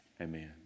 Amen